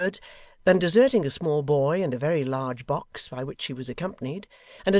than deserting a small boy and a very large box by which she was accompanied,